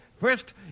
First